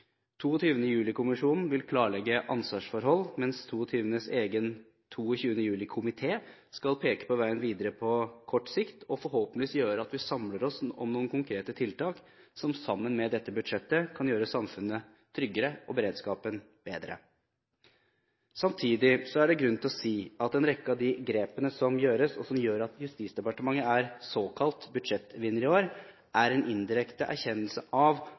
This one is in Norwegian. vil klarlegge ansvarsforhold, mens Stortingets egen 22. juli-komité skal peke på veien videre på kort sikt og forhåpentligvis gjøre at vi samler oss om noen konkrete tiltak, som sammen med dette budsjettet kan gjøre samfunnet tryggere og beredskapen bedre. Samtidig er det grunn til å si at en rekke av de grepene som gjøres, og som gjør at Justisdepartementet er såkalt budsjettvinner i år, er en indirekte erkjennelse av